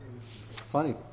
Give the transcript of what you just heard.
Funny